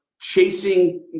chasing